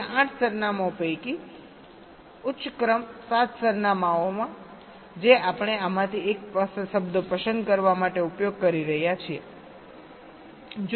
તેથી આ 8 સરનામાઓ પૈકી ઉચ્ચ ક્રમ 7 સરનામાંઓ જે આપણે આમાંથી એક શબ્દ પસંદ કરવા માટે ઉપયોગ કરી રહ્યા છીએ